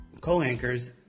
co-anchors